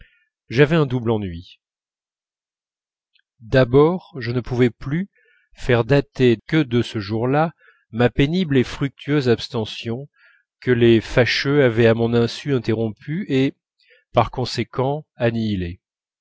j'avais un double ennui d'abord je ne pouvais plus faire dater que de ce jour-là ma pénible et fructueuse abstention que les fâcheux avaient à mon insu interrompue et par conséquent annihilée